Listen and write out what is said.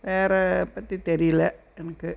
வேறு பற்றி தெரியிலை எனக்கு